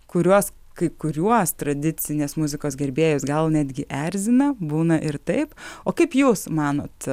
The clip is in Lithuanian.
kuriuos kai kuriuos tradicinės muzikos gerbėjus gal netgi erzina būna ir taip o kaip jūs manot